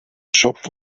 shop